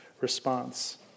response